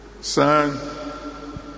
Son